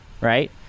right